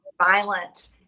violent